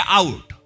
out